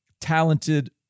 talented